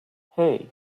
hey